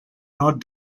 not